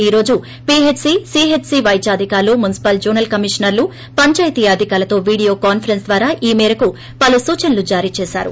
ఈ రోజు P H C C H C వైద్య అధికారులు మున్సిపల్ జోనల్ కమిషనర్లు పంచాయితీ అధికారులతో వీడియో కాన్సరెస్స్ ద్వారా ఈ మేరకు పలు సూచనలను జారీ చేశారు